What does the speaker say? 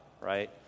right